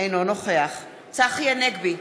אינו נוכח צחי הנגבי,